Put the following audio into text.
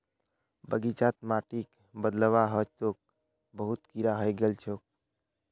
बगीचार माटिक बदलवा ह तोक बहुत कीरा हइ गेल छोक